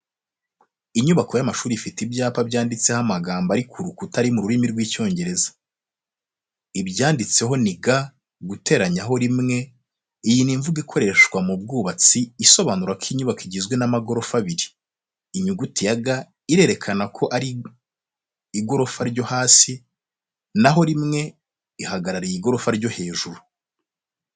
Inyubako y’amashuri ifite ibyapa byanditseho amagambo ari kurukuta ari mu rurimi rw'icyongereza. ibyanditseho ni g guteranyaho rimwe iyi ni imvugo ikoreshwa mu bwubatsi isobanura ko inyubako igizwe n’amagorofa abiri. Inyuguti ya g irerekana ko ari igofa ryo hasi naho rimwe ihagarariye igorofa ryo hejuru.